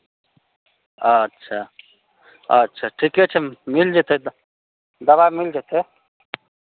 अच्छा अच्छा ठीके छै मिल जेतै द् दबाइ मिल जेतै